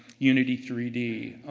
unity three d.